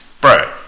Bro